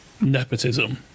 nepotism